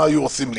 מה היו עושים לי?